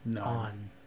on